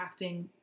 crafting